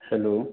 hello